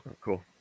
Cool